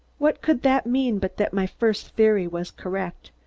what could that mean but that my first theory was correct,